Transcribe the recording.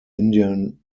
indian